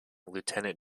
lieutenant